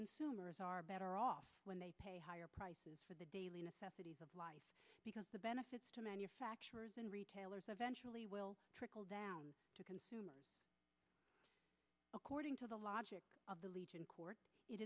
consumers are better off when they pay higher prices for the daily necessities of life because the benefits to manufacturers and retailers eventually will trickle down to consumers according to the logic of the legion court